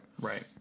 Right